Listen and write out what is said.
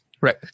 Right